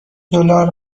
دلار